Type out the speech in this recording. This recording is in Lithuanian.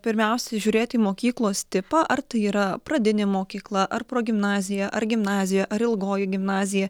pirmiausia žiūrėti į mokyklos tipą ar tai yra pradinė mokykla ar progimnazija ar gimnazija ar ilgoji gimnazija